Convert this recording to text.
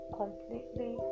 completely